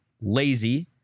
lazy